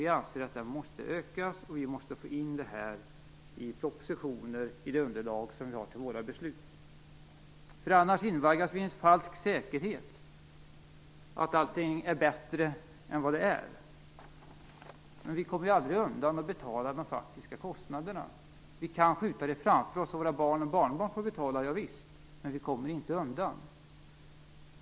Vi anser att den måste öka och att vi måste få in detta i propositioner och i det underlag som vi har för våra beslut. Annars invaggas vi i en falsk säkerhet att allting är bättre än det är. Vi kommer aldrig undan att betala de faktiska kostnaderna. Visst kan vi skjuta dem framför oss så att våra barn och barnbarn får betala, men vi kommer inte undan.